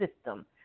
system